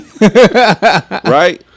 Right